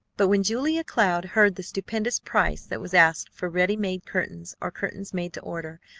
but, when julia cloud heard the stupendous price that was asked for ready-made curtains or curtains made to order,